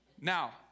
now